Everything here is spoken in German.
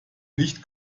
nicht